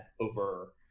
over